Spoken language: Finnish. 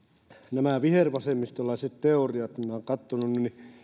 nämä vihervasemmistolaiset teoriat minä olen katsonut että eivät ne